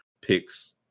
picks